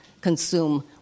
consume